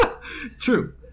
true